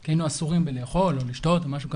כי היינו אסורים בלאכול או לשתות, או משהו כזה.